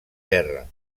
guerra